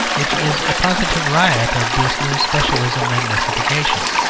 which is a positive riot of this new specialism and mystification.